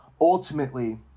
ultimately